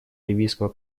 ливийского